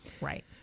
Right